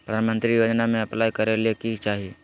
प्रधानमंत्री योजना में अप्लाई करें ले की चाही?